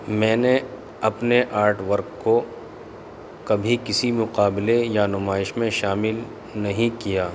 میں نے اپنے آرٹ ورک کو کبھی کسی مقابلے یا نمائش میں شامل نہیں کیا